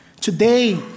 Today